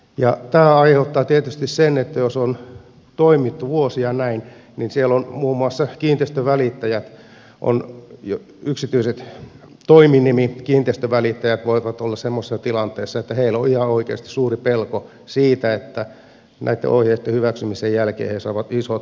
tämä aiheuttaa tietysti sen että jos on toimittu vuosia näin niin siellä muun muassa kiinteistönvälittäjät yksityiset toiminimikiinteistönvälittäjät voivat olla semmoisessa tilanteessa että heillä on ihan oikeasti suuri pelko siitä että näitten ohjeitten hyväksymisen jälkeen he saavat isot veromätkyt